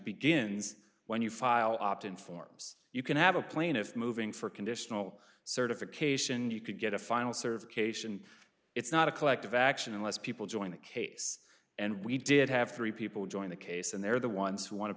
begins when you file opt in forms you can have a plaintiff moving for conditional certification you could get a final certification it's not a collective action unless people join the case and we did have three people join the case and they're the ones who wan